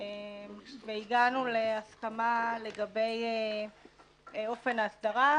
והגענו להסכמה לגבי אופן ההסדרה.